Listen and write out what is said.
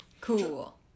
Cool